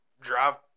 drive